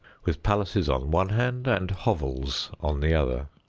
with palaces on one hand and hovels on the other.